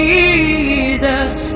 Jesus